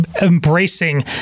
embracing